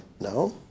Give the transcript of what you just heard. No